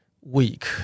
week